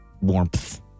Warmth